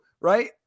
right